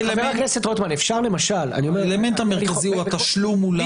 האלמנט המרכזי הוא התשלום אולי.